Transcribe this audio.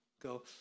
Go